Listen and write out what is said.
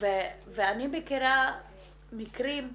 אם יש בירוקרטיה